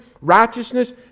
righteousness